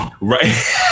Right